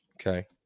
Okay